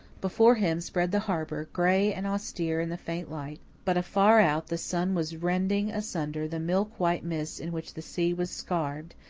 before him spread the harbour, gray and austere in the faint light, but afar out the sun was rending asunder the milk-white mists in which the sea was scarfed,